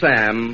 Sam